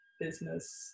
business